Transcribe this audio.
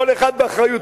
כל אחד באחריותו,